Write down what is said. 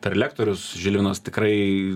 per lektorius žilinas tikrai